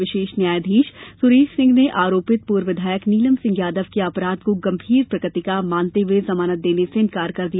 विशेष न्यायाधीश सुरेश सिंह ने आरोपित पूर्व विधायक नीलम सिंह यादव के अपराध को गंभीर प्रकृति का मानते हुए जमानत देने से इंकार कर दिया